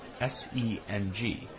S-E-N-G